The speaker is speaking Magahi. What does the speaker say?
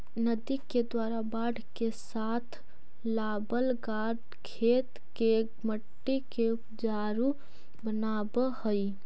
नदि के द्वारा बाढ़ के साथ लावल गाद खेत के मट्टी के ऊपजाऊ बनाबऽ हई